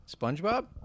SpongeBob